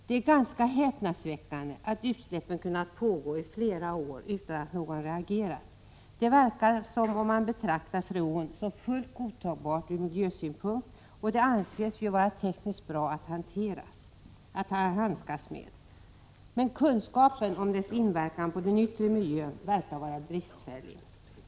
Det är ganska häpnadsväckande att utsläppen kunnat pågå i flera år utan att någon har reagerat. Det verkar som om man betraktar freon som fullt godtagbart från miljösynpunkt, och det anses ju vara tekniskt bra att handskas med. Men kunskapen om dess inverkan på den yttre miljön verkar vara bristfällig.